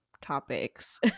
topics